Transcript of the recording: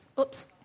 Oops